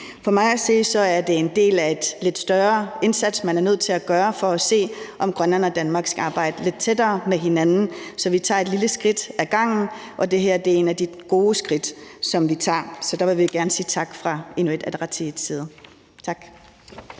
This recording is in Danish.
For mig at se er det en del af en lidt større indsats, man er nødt til at gøre for at se, om Grønland og Danmark skal arbejde lidt tættere med hinanden. Så vi tager et lille skridt ad gangen, og det her er et af de gode skridt, som vi tager. Så der vil vi gerne sige tak fra Inuit Ataqatigiits side. Tak.